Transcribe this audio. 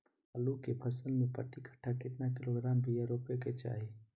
आलू के फसल में प्रति कट्ठा कितना किलोग्राम बिया रोपे के चाहि?